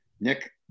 nick